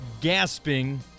gasping